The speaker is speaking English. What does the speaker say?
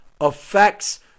affects